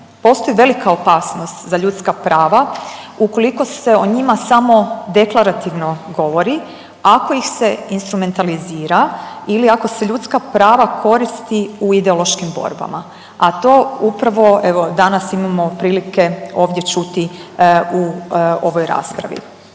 postoji velika opasnost za ljudska prava ukoliko se o njima samo deklarativno govori ako ih se instrumentalizira ili ako se ljudska prava koristi u ideološkim borbama, a to upravo evo danas imamo prilike ovdje čuti u ovoj raspravi.